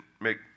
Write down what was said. make